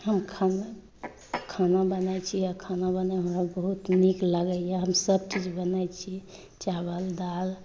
हम खाना खाना बनाइ छी खाना बनाइमऽ हमरा बहुत नीक लागैए हम सभ चीज बनाइ छी चावल दाल